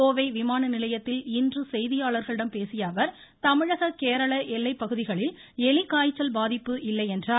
கோவை விமான நிலையத்தில் இன்று செய்தியாளர்களிடம் பேசிய அவர் தமிழக கேரள எல்லைப் பகுதிகளில் எலி காய்ச்சல் பாதிப்பு இல்லை என்றார்